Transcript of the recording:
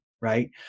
right